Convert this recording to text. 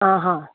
आं हां